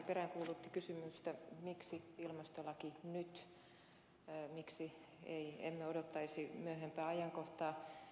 perkiö peräänkuulutti kysymystä miksi ilmastolaki nyt miksi emme odottaisi myöhempää ajankohtaa